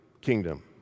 kingdom